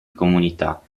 comunità